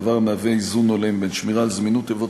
דבר המהווה איזון הולם בין שמירה על זמינות תיבות